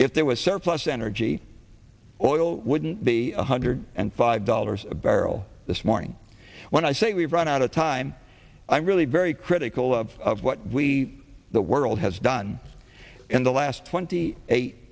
if there was surplus energy oil wouldn't be one hundred and five dollars a barrel this morning when i say we've run out of time i'm really very critical of what we the world has done in the last twenty eight